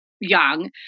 young